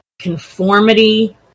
conformity